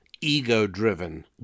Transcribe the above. ego-driven